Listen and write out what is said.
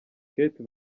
kate